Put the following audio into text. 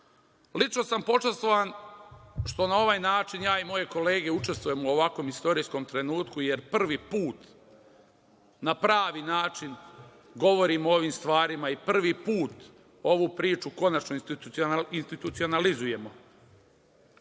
Lično sam počastvovan, što na ovaj način ja i moje kolege učestvujemo u ovakvom istorijskom trenutku, jer ovo je prvi put, na pravi način govorimo o ovim stvarima i prvi put ovu priču konačno institucionalizujemo. Kažem,